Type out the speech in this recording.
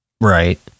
Right